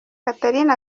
catherine